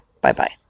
Bye-bye